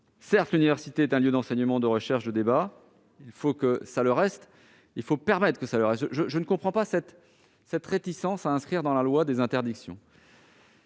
Certes, l'université est un lieu d'enseignement, de recherche et de débat, mais il faut permettre qu'elle le reste. Je ne comprends donc pas la réticence à inscrire dans la loi des interdictions.